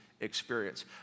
experience